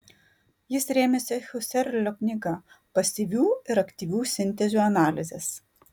jis rėmėsi husserlio knyga pasyvių ir aktyvių sintezių analizės